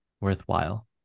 worthwhile